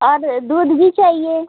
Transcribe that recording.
और दूध भी चाहिए